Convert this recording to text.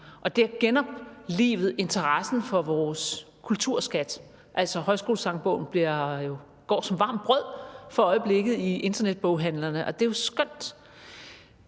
Og det har genoplivet interessen for vores kulturskat – altså, Højskolesangbogen går som varmt brød for øjeblikket i internetboghandlerne, og det er jo skønt.